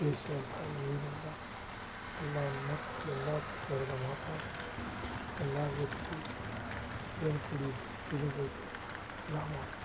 ಏನು ದ್ವೇಷಯಿಲ್ಲ ಏನಿಲ್ಲ ಎಲ್ಲವನ್ನು ಮರ್ತು ಎಲ್ಲಾರು ಸಿಕ್ಕೊರೆಲ್ಲ ಮಾತಾಡಿಸಿ ಎಲ್ಲರ ಜೊತೆಗಿ ಏನು ಕುಡಿಬೇಕು ತಿನ್ನಬೇಕು ಎಲ್ಲ ಮಾಡ್ತಿವಿ